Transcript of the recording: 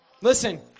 Listen